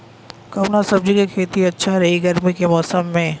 कवना सब्जी के खेती अच्छा रही गर्मी के मौसम में?